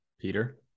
Peter